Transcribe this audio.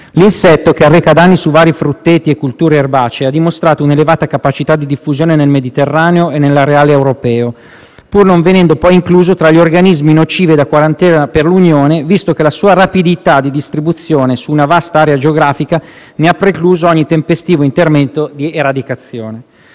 L'insetto - che arreca danni su vari frutteti e colture erbacee - pur avendo dimostrato un'elevata capacità di diffusione nel Mediterraneo e nell'areale europeo, non è stato incluso tra gli organismi nocivi da quarantena per l'Unione, visto che la sua rapida distribuzione su una vasta area geografica ha precluso ogni tempestivo intervento di eradicazione.